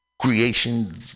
creation